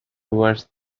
towards